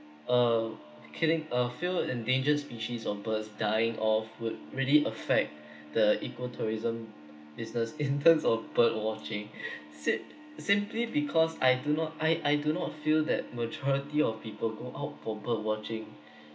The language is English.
uh killing a few endangered species of birds dying off would really affect the eco tourism business in terms of bird watching si~ simply because I do not I I do not feel that majority of people go out for bird watching